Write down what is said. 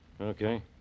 Okay